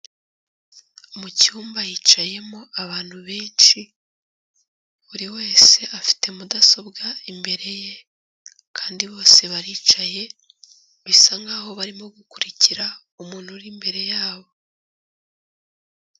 Mu cyumba hicayemo abantu benshi, buri wese afite mudasobwa imbere ye kandi bose baricaye bisa nkaho barimo gukurikira umuntu uri imbere yabo.